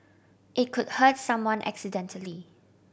it could hurt someone accidentally